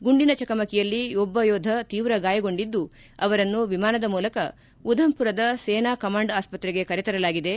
ಗುಂಡಿನ ಚಕಮಕಿಯಲ್ಲಿ ಒಬ್ಬ ಯೋಧ ತೀವ್ರ ಗಾಯಗೊಂಡಿದ್ದು ಅವರನ್ನು ವಿಮಾನದ ಮೂಲಕ ಉಧಂಪುರದ ಸೇನಾ ಕಮಾಂಡ್ ಆಸ್ಪತ್ರೆಗೆ ಕರೆತರಲಾಗಿದೆ